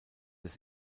des